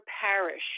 parish